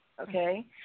Okay